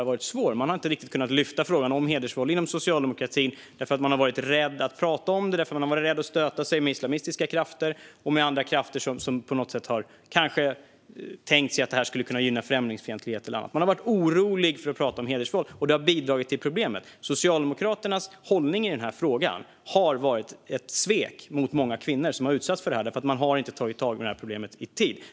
Man har inom socialdemokratin inte riktigt lyft upp frågan om hedersvåld eftersom man har varit rädd för att tala om det, varit rädd för att stöta sig med islamistiska krafter och andra krafter som tänker sig att det gynnar främlingsfientlighet. Man har varit orolig för att prata om hedersvåld, och det har bidragit till problemet. Socialdemokraternas hållning i frågan har varit ett svek mot många kvinnor som har utsatts för hedersvåld, och det beror på att man inte har tagit itu med problemet i tid.